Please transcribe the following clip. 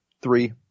Three